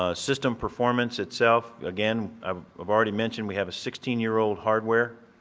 ah system performance itself, again, ah i've already mentioned we have a sixteen year old hardware,